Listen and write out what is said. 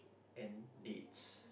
and dates